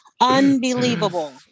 unbelievable